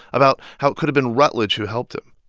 about how it could've been rutledge who helped him.